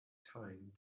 time